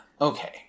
Okay